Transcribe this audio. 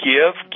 Give